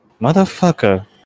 Motherfucker